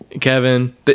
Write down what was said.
Kevin